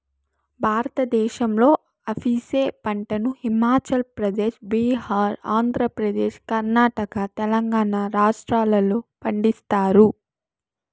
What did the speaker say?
భారతదేశంలో అవిసె పంటను హిమాచల్ ప్రదేశ్, బీహార్, ఆంధ్రప్రదేశ్, కర్ణాటక, తెలంగాణ రాష్ట్రాలలో పండిస్తారు